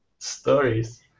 Stories